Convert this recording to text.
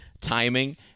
timing